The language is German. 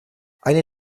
eine